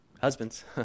Husbands